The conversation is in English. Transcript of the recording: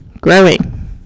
growing